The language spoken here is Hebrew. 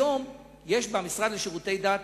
היום יש במשרד לשירותי דת